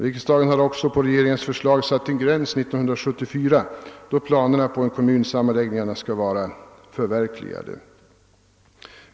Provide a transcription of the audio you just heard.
Riksdagen har också på regeringens förslag satt 1974 som den gräns då planerna på kommunsammanläggningarna skall vara förverkligade.